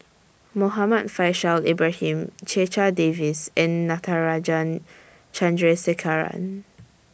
Muhammad Faishal Ibrahim Checha Davies and Natarajan Chandrasekaran